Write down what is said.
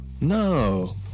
No